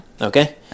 okay